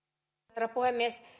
herra puhemies